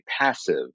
passive